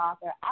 author